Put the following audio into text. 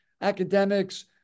academics